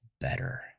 better